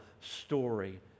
story